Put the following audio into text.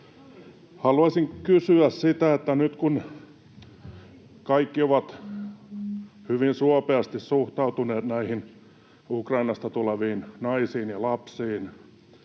Järvisen välihuuto] Kun kaikki ovat hyvin suopeasti suhtautuneet näihin Ukrainasta tuleviin naisiin ja lapsiin